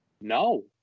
No